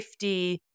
50